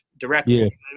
directly